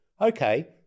okay